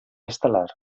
estel·lar